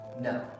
No